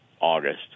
August